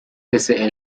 hesse